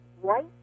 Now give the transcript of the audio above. white